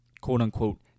quote-unquote